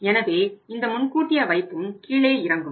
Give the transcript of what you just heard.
எனவே இந்த முன்கூட்டிய வைப்பும் கீழே இறங்கும்